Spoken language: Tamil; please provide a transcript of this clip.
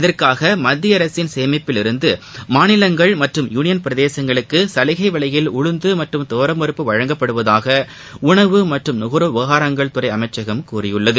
இதற்னக மத்திய அரசின் சேமிப்பிலிருந்து மாநிலங்கள் மற்றும் யூளியன் பிரதேசங்களுக்கு சலுகை விலையில் உளுந்து மற்றும் துவரம்பருப்பு வழங்கப்படுவதாக உணவு மற்றும் நுகர்வோர் விவகாரங்கள் துறை அமைச்சகம் கூறியுள்ளது